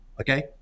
okay